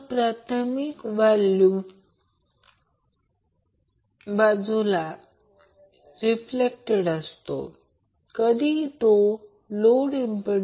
तर येथे हे मला ते बरोबर करू द्यात ते L1 25 असेल 2